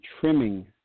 trimming